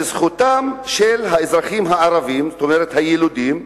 שזכותם של האזרחים הערבים, זאת אומרת הילידים,